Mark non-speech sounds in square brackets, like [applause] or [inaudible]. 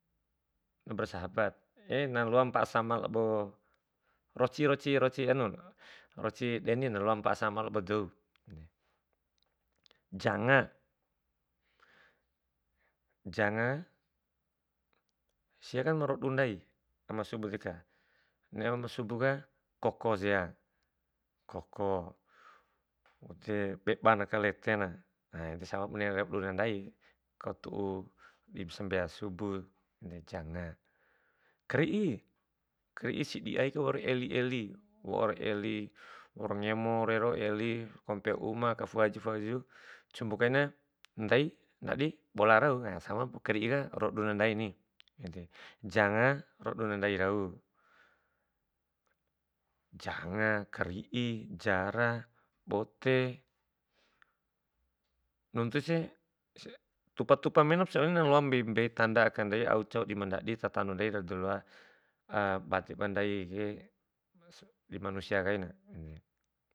Bersahabat [hesitation] naloa mpa'a sama loba, roci roci roci anun roci denina na loa mpa'a sama labo ba dou. Janga, janga siaka na rodu ndai ama subu deka, ne'era ama subu ka koko sia, koko, waude bebana kaletena. Nah ede samap bune bune ndai, kau tu'u dim sambea subu, ngahi janga. Kri'i, kri'i sidi aika waur eli eli, waura eli, waura ngemo rero eli kompe uma aka fu'u haju fu'u [unintelligible] cumpu kaina ndai ndadi bola rau [hesitation] samap kari'i ka rodu na ndaini ede, janga roduna ndai rau. janga, kri'i, jara, bote nuntusi [hesitation] tupa tupa menap siadohon na loa mbei, mbei tanda aka ndai au ncau mandadi tatando ndai ba daloa badeba ndaike di manusia kain.